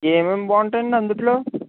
ఏమేమి బాగుంటాయి అండి అందులో